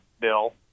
bill